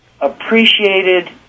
appreciated